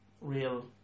real